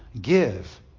give